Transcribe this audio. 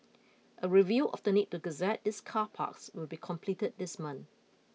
a review of the need to gazette these car parks will be completed this month